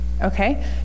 okay